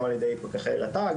גם על ידי פקחי רט"ג.